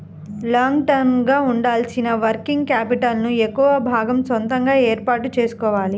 long term గా ఉండాల్సిన working capital ను ఎక్కువ భాగం సొంతగా ఏర్పాటు చేసుకోవాలి